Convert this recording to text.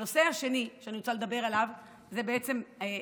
הנושא השני שאני רוצה לדבר עליו הוא הצעת